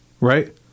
right